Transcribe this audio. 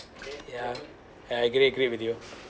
ya I agree agree with you